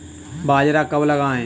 बाजरा कब लगाएँ?